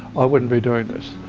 i wouldn't be doing this.